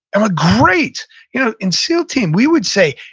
um ah great you know in seal team, we would say,